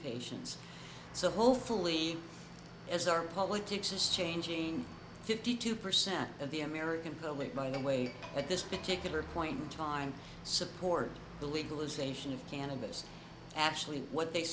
patients so hopefully as our politics is changing fifty two percent of the american public by the way at this particular point in time support the legalization of cannabis actually what they